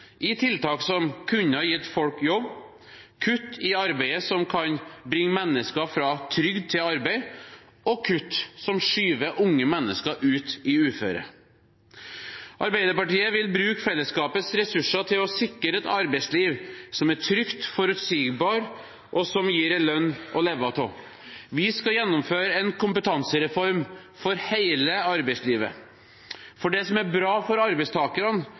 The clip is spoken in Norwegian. i tiltak som kunne ha gitt folk jobb, kutt i arbeidet som kan bringe mennesker fra trygd til arbeid, og kutt som skyver unge mennesker ut i et uføre. Arbeiderpartiet vil bruke fellesskapets ressurser til å sikre et arbeidsliv som er trygt, forutsigbart og gir en lønn å leve av. Vi skal gjennomføre en kompetansereform for hele arbeidslivet. For det som er bra for arbeidstakerne,